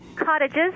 Cottages